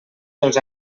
dels